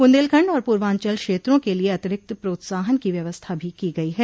बुन्देलखण्ड और पूर्वाचल क्षेत्रों के लिए अतिरिक्त प्रोत्साहन की व्यवस्था भी की गयी है